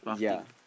yeah